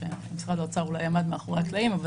משרד האוצר אולי עמד מאחורי הקלעים אבל